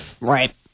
Right